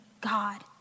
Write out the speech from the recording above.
God